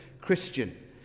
Christian